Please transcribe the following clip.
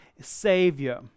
Savior